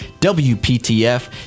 WPTF